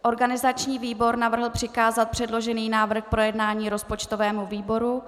Organizační výbor navrhl přikázat předložený návrh k projednání rozpočtovému výboru.